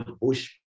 Bush